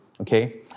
okay